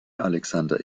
alexander